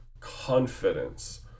confidence